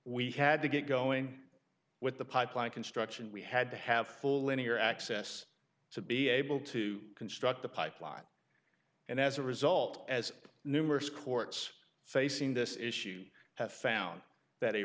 we had to get going with the pipeline construction we had to have full linear access to be able to construct the pipeline and as a result as numerous courts facing this issue have found that a